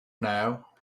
now